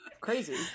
Crazy